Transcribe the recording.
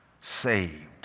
saved